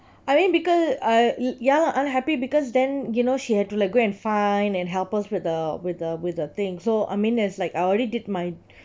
I mean because I ya lah unhappy because then you know she had to like go and find and help us with the with the with the thing so I mean as like I already did my